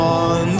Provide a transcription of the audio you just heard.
on